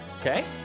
Okay